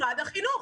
משרד החינוך.